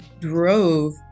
drove